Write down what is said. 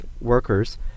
workers